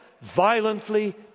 violently